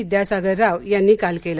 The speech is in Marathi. विद्यासागर राव यांनी काल केलं